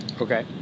Okay